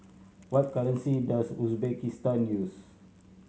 what currency does Uzbekistan use